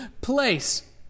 place